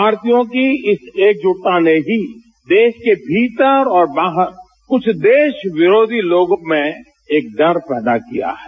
भारतीयों की इस एकजुटता ने ही देश के भीतर और बाहर क्छ देश विरोधी लोगों में एक डर पैदा किया है